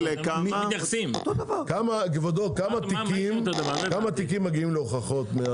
כמה תיקים מגיעים להוכחות?